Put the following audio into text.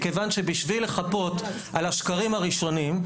בכיוון שבשביל לכפות על השקרים הראשונים,